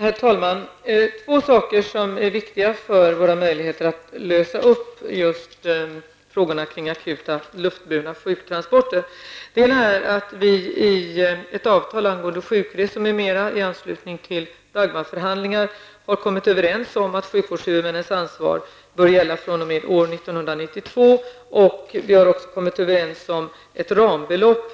Herr talman! Två saker är viktiga för möjligheterna att lösa upp frågorna kring akuta luftburna sjuktransporter. Den ena är att vi i ett avtal angående sjukresor m.m. i anslutning till Dagmarförhandlingarna har kommit överens med sjukvårdshuvudmännen om att deras ansvar skall gälla fr.o.m. 1992. Vi har också kommit överens med sjukvårdshuvudmännen om ett rambelopp